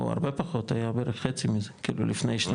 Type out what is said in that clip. הרבה פחות, היה בערך חצי מזה, כאילו לפני.